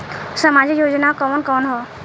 सामाजिक योजना कवन कवन ह?